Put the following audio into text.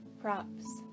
props